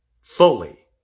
fully